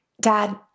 dad